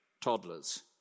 toddlers